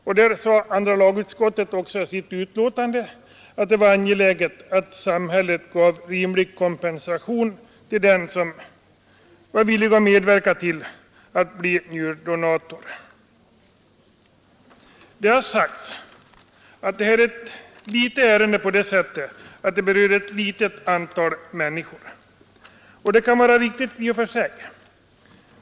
Då uttalade andra lagutskottet också i sitt utlåtande att det är angeläget att samhället ger en rimlig ekonomisk kompensation till dem som är villiga att ställa sig till förfogande som njurdonatorer. Det har sagts att detta är ett litet ärende, så till vida att det bara berör ett litet antal människor. Det kan vara riktigt i och för sig.